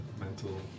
mental